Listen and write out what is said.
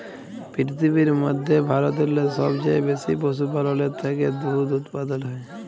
পিরথিবীর ম্যধে ভারতেল্লে সবচাঁয়ে বেশি পশুপাললের থ্যাকে দুহুদ উৎপাদল হ্যয়